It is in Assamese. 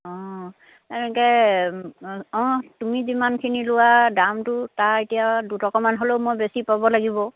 অঁ এনেকৈ অঁ তুমি যিমানখিনি লোৱা দামটো তাৰ এতিয়া দুটকামান হ'লেও মই বেছি পাব লাগিব